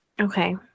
okay